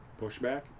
pushback